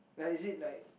like is it like